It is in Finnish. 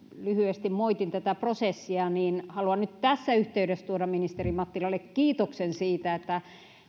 lyhyesti moitin tätä prosessia niin haluan nyt tässä yhteydessä tuoda ministeri mattilalle kiitoksen siitä että